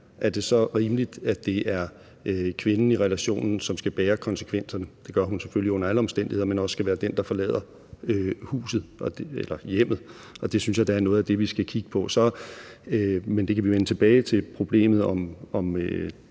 er det så rimeligt, at det er kvinden i relationen, som skal bære konsekvenserne – det gør hun selvfølgelig under alle omstændigheder – og skal være den, der forlader hjemmet? Det synes jeg da er noget af det, vi skal kigge på, men det kan vi vende tilbage til, altså problemet om